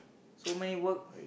so many work